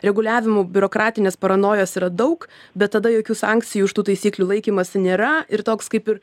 reguliavimų biurokratinės paranojos yra daug bet tada jokių sankcijų už tų taisyklių laikymąsi nėra ir toks kaip ir